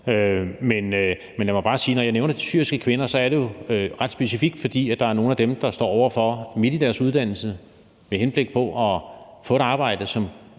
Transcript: Men lad mig bare sige, at når jeg nævner de syriske kvinder, er det jo ret specifikt, fordi der er nogle af dem, der står over for – midt i deres uddannelse med henblik på at få et arbejde,